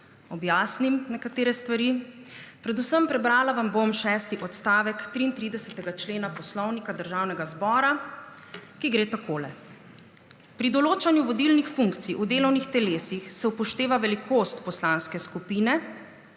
objasnim nekatere stvari. Prebrala vam bom šesti odstavek 33. člena Poslovnika Državnega zbora, ki gre takole: »Pri določanju vodilnih funkcij v delovnih telesih se upošteva velikost poslanske skupine,